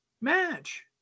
match